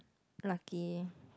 lucky